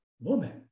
woman